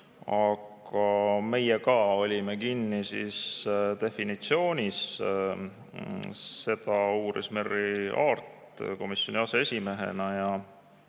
aga meie ka olime kinni definitsioonis. Seda uuris Merry Aart komisjoni aseesimehena ja